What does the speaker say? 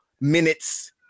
minutes